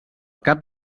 cap